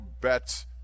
Bet